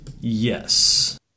yes